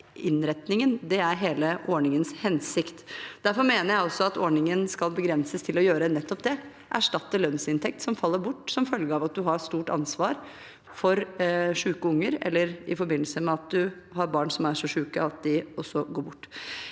innretningen. Det er hele ordningens hensikt. Derfor mener jeg at ordningen skal begrenses til å gjøre nettopp det: erstatte lønnsinntekt som faller bort som følge av at man har et stort ansvar for syke unger, eller i forbindelse med at man har barn som er så syke at de også går bort.